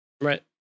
Right